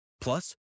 Plus